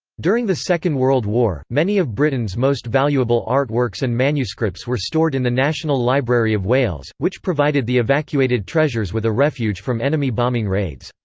during the second world war, many of britain's most valuable artworks and manuscripts were stored in the national library of wales, which provided the evacuated treasures with a refuge from enemy bombing raids.